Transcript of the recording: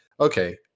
okay